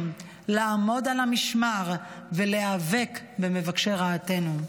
לעמוד על המשמר ולהיאבק במבקשי רעתנו.